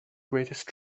greatest